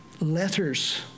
letters